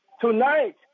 Tonight